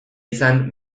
izan